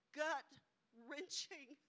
gut-wrenching